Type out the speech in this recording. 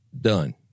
done